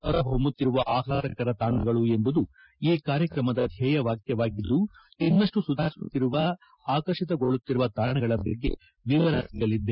ಹೊರಹೊಮ್ಮುತ್ತಿರುವ ಆಹ್ಲಾದಕರ ತಾಣಗಳು ಎಂಬುದು ಈ ಕಾರ್ಯಕ್ರಮದ ಧ್ಯೇಯ ವಾಕ್ಯವಾಗಿದ್ದು ಇನ್ನಷ್ಟು ಸುಧಾರಿಸುತ್ತಿರುವ ಆಕರ್ಷಿತಗೊಳ್ಳುತ್ತಿರುವ ತಾಣಗಳ ಬಗ್ಗೆ ವಿವರ ಸಿಗಲಿದೆ